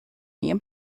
inga